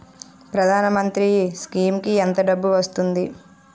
ప్రధాన మంత్రి స్కీమ్స్ కీ ఎంత డబ్బు వస్తుంది?